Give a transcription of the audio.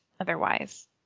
otherwise